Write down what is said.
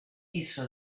iso